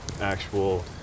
actual